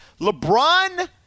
LeBron